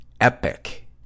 epic